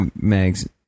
Mags